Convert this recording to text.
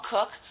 Cook